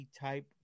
type